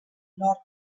nord